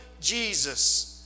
Jesus